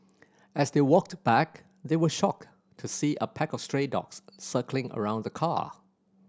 as they walked back they were shocked to see a pack of stray dogs circling around the car